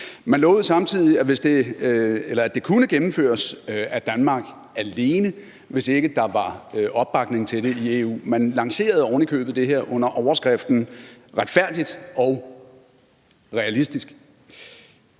Man lovede samtidig, at det kunne gennemføres af Danmark alene, hvis der ikke var opbakning til det i EU. Man lancerede det ovenikøbet under overskriften »Retfærdig og realistisk«.